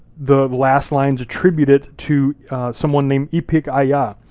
the last lines attribute it to someone named ipiq-aya. ah